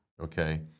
Okay